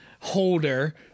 holder